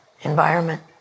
environment